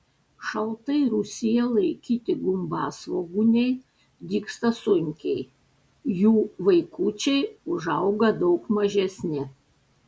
šaltai rūsyje laikyti gumbasvogūniai dygsta sunkiai jų vaikučiai užauga daug mažesni